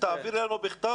תעביר לנו בכתב